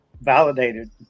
validated